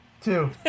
Two